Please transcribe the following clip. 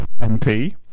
MP